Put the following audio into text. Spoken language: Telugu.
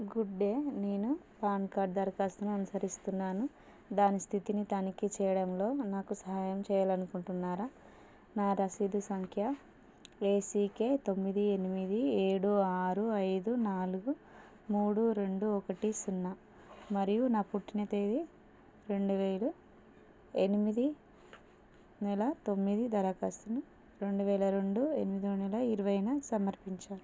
గుడ్ డే నేను పాన్ కార్డ్ దరఖాస్తును అనుసరిస్తున్నాను దాని స్థితిని తనిఖీ చేయడంలో నాకు సహాయం చేయాలని అనుకుంటున్నారా నా రసీదు సంఖ్య ఏసీకే తొమ్మిది ఎనిమిది ఏడు ఆరు ఐదు నాలుగు మూడు రెండు ఒకటి సున్నా మరియు నా పుట్టిన తేదీ రెండు వేలు ఎనిమిది నెల తొమ్మిది దరఖాస్తును రెండు వేల రెండు ఎనిమిదో నెల ఇరవైన సమర్పించారు